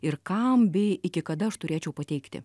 ir kam bei iki kada aš turėčiau pateikti